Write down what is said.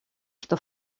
что